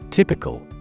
Typical